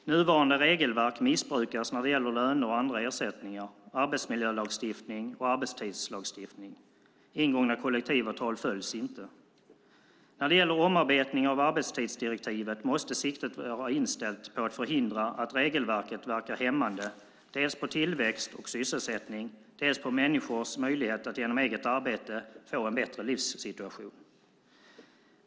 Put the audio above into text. Nuvarande regelverk missbrukas när det gäller löner och andra ersättningar, arbetsmiljölagstiftning och arbetstidslagstiftning. Ingångna kollektivavtal följs inte. När det gäller omarbetningen av arbetstidsdirektivet måste siktet vara inställt på att förhindra att regelverket verkar hämmande dels på tillväxt och sysselsättning, dels på människors möjlighet att genom eget arbete få en bättre livssituation.